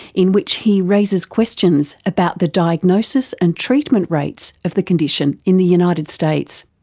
in which he raises questions about the diagnosis and treatment rates of the condition in the united states.